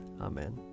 Amen